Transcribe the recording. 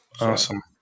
awesome